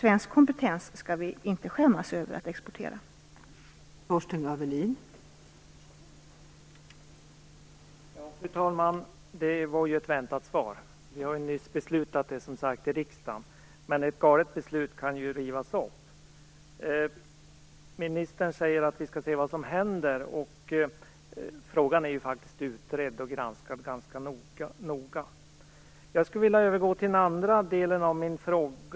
Vi skall inte skämmas över att exportera svensk kompetens.